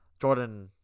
Jordan